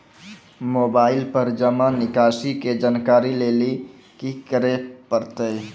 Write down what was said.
Mobile पर जमा निकासी के जानकरी लेली की करे परतै?